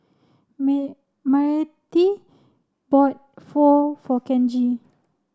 may Myrtie bought Pho for Kenji